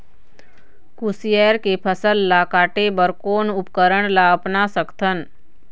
कुसियार के फसल ला काटे बर कोन उपकरण ला अपना सकथन?